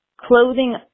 clothing